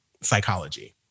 psychology